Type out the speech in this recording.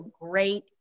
great